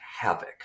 havoc